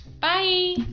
Bye